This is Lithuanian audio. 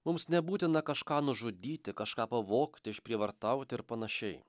mums nebūtina kažką nužudyti kažką pavogti išprievartauti ir panašiai